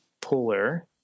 puller